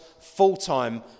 full-time